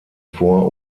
vor